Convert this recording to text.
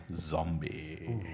Zombie